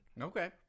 Okay